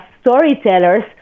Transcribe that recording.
storytellers